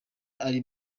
ari